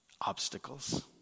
obstacles